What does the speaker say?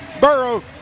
Burrow